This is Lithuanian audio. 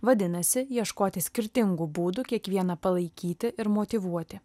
vadinasi ieškoti skirtingų būdų kiekvieną palaikyti ir motyvuoti